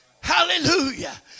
Hallelujah